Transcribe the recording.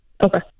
Okay